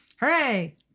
Hooray